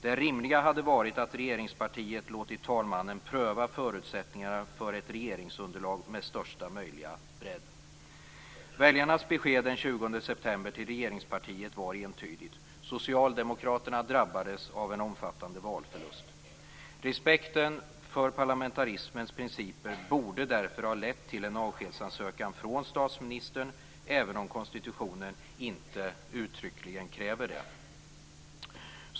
Det rimliga hade varit att regeringspartiet låtit talmannen pröva förutsättningarna för ett regeringsunderlag med största möjliga bredd. Väljarnas besked den 20 september till regeringspartiet var entydigt. Socialdemokraterna drabbades av en omfattande valförlust. Respekten för parlamentarismens principer borde därför ha lett till en avskedsansökan från statsministern, även om konstitutionen inte uttryckligen kräver det.